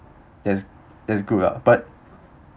that's that's good lah but